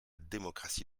démocratie